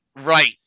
Right